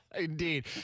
Indeed